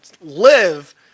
live